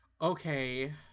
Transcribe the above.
Okay